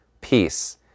peace